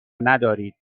ندارید